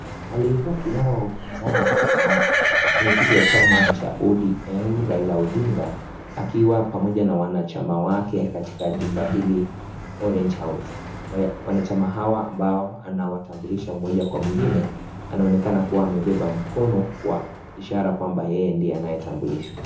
Aliyekuwa kinara wa ufisadi na mwenye kiti wa ODM Raila Odinga akiwa pamoja na wanachama wake katika jumba hili Orange house . Wanachama hao ambao nawatambulisha mmoja kwa mwingine anaonekana kuwa amebeba mkono wa ishara kwamba yeye ndiye anatambulishwa.